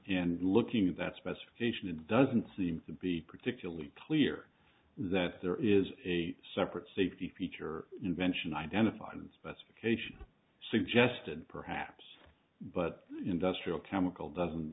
and looking at that specification it doesn't seem to be particularly clear that there is a separate safety feature invention identified and specifications suggested perhaps but industrial chemical doesn't